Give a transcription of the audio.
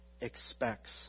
expects